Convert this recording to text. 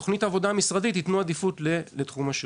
יתנו בתוכנית העבודה המשרדית עדיפות לתחום השירות.